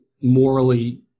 morally